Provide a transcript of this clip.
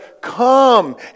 Come